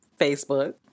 Facebook